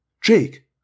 Jake